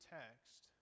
text